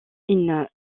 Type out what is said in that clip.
une